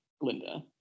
Glinda